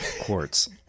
quartz